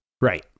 Right